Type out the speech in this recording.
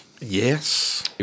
Yes